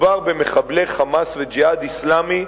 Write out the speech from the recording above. מדובר במחבלי "חמאס" ו"ג'יהאד אסלאמי",